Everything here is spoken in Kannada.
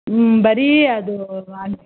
ಹ್ಞೂ ಬರೀ ಅದು